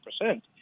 percent